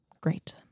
Great